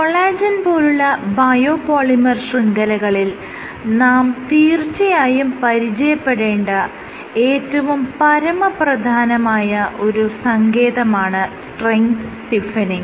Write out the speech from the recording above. collagen പോലുള്ള biopolymer ശൃംഖലകളിൽ നാം തീർച്ചയായും പരിചയപ്പെടേണ്ട ഏറ്റവും പരമപ്രധാനമായ ഒരു പദമാണ് സ്ട്രെങ്ത് സ്റ്റിഫെനിങ്